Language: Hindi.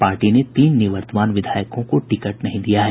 पार्टी ने तीन निवर्तमान विधायकों को टिकट नहीं दिया है